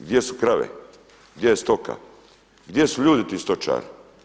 Gdje su krave, gdje je stoka, gdje su ljudi ti stočari?